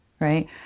right